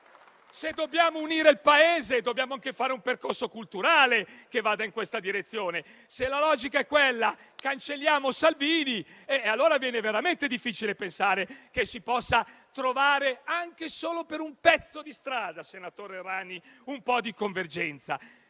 Se dobbiamo unire il Paese, dobbiamo anche fare un percorso culturale che vada in questa direzione. Se la logica è «cancelliamo Salvini», allora viene veramente difficile pensare che si possa trovare anche solo per un pezzo di strada, senatore Errani, un po' di convergenza.